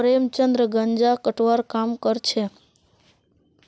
प्रेमचंद गांजा कटवार काम करछेक